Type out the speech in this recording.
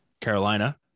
Carolina